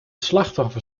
slachtoffer